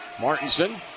Martinson